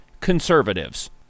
conservatives